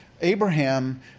Abraham